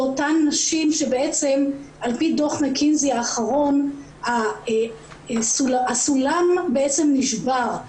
לאותן נשים שבעצם על פי דוח מקינזי האחרון הסולם בעצם נשבר.